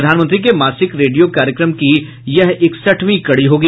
प्रधानमंत्री के मासिक रेडियो कार्यक्रम की यह इकसठवीं कड़ी होगी